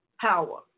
power